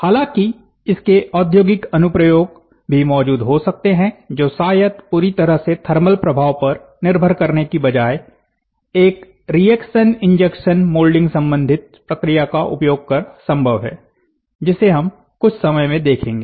हालांकि इसके औद्योगिक अनुप्रयोग भी मौजूद हो सकते हैं जो शायद पूरी तरह से थर्मल प्रभाव पर निर्भर करने की बजाय एक रिएक्शन इंजेक्शन मोल्डिंग संबंधित प्रक्रिया का उपयोग कर संभव है जिसे हम कुछ समय में देखेंगे